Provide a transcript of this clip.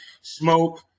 smoke